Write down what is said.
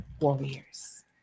warriors